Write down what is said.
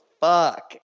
fuck